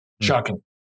Shocking